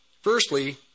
Firstly